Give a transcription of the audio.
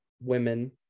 women